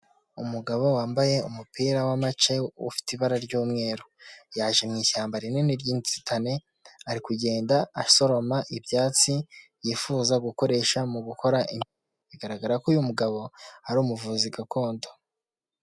Umugabo wambaye umupira w'amace, ufite ibara ry'umweru. Yaje mu ishyamba rinini ry'inzitane, ari kugenda asoroma ibyatsi yifuza gukoresha mu gukora. Bigaragara ko uyu mugabo ari umuvuzi gakondo.